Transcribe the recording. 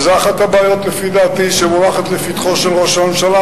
ולפי דעתי זו אחת הבעיות שמונחות לפתחו של ראש הממשלה,